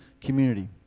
community